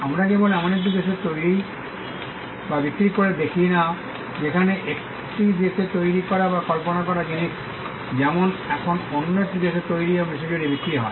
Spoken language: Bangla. আমরা কেবল এমন একটি দেশে তৈরি বা বিক্রি করে দেখি না যেখানে একটি দেশে তৈরি করা বা কল্পনা করা জিনিস যেমন এখন অন্য একটি দেশে তৈরি এবং বিশ্বজুড়ে বিক্রি হয়